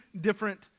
different